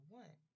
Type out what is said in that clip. one